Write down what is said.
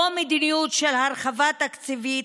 או מדיניות של הרחבה תקציבית,